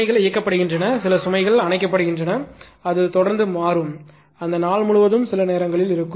சில சுமைகள் இயக்கப்படுகின்றன சில சுமைகள் அணைக்கப்படுகின்றன அது தொடர்ந்து மாறும் அந்த நாள் முழுவதும் சில நேரங்களில்